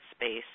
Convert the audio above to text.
space